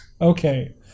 okay